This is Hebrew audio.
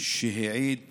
שהעיד